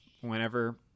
whenever